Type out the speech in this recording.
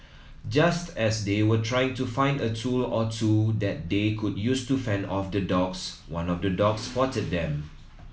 just as they were trying to find a tool or two that they could use to fend off the dogs one of the dogs spotted them